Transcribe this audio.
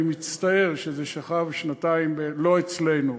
אני מצטער שזה שכב שנתיים, לא אצלנו,